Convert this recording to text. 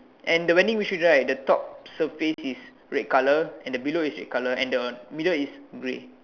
and the vending machine right the top surface is red colour and the below is red colour and the middle is grey